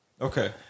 Okay